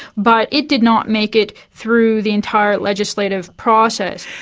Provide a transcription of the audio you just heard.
but it did not make it through the entire legislative process.